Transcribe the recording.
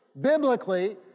biblically